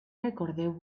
recordeu